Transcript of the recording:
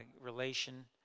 relation